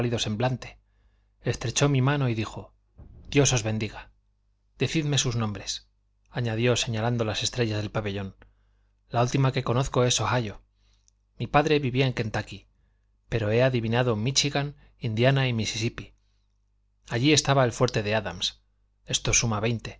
semblante estrechó mi mano y dijo dios os bendiga decidme sus nombres añadió señalando las estrellas del pabellón la última que conozco es ohío mi padre vivía en kentucky pero he adivinado míchigan indiana y misisipí allí estaba el fuerte de adams esto suma veinte